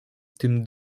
tym